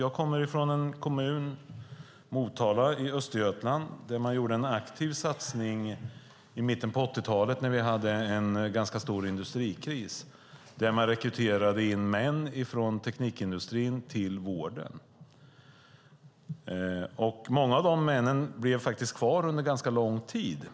Jag kommer från Motala i Östergötland, en kommun där man gjorde en aktiv satsning i mitten på 80-talet när vi hade en ganska stor industrikris. Man rekryterade män från teknikindustrin till vården. Många av de männen blev kvar under ganska lång tid.